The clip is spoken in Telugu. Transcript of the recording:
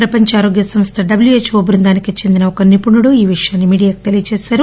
ప్రపంచ ఆరోగ్య సంస్థ బృందానికి చెందిన ఒక నిపుణుడు ఈ విషయాన్ని మీడియాకు తెలియచేసారు